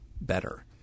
better